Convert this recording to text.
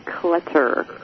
Clutter